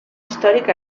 històric